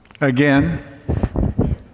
again